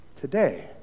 today